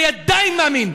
אני עדיין מאמין.